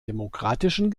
demokratischen